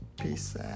Peace